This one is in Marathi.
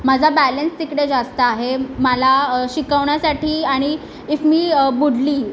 माझा बॅलेन्स तिकडे जास्त आहे मला शिकवण्यासाठी आणि इफ मी बुडली